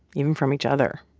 even from each other